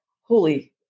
holy